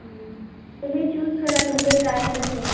तुमी चूज करा तुमकां जाय तसलें